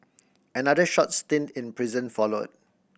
another short stint in prison followed